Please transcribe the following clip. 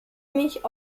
mich